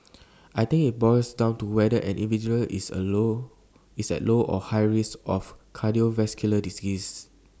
I think IT boils down to whether an individual is at low or high risk for cardiovascular disease